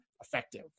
effective